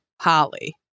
holly